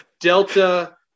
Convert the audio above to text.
delta